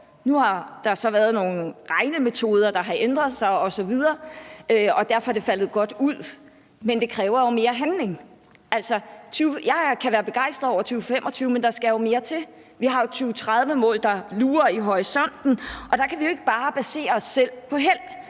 Nu er der så nogle regnemetoder, der er blevet ændret osv., og derfor er det faldet godt ud, men det kræver jo mere handling. Jeg kan være begejstret over, at man har nået 2025-målet, men der skal jo mere til. Vi har et 2030-mål, der lurer i horisonten, og der kan vi ikke bare forlade os på held.